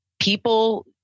People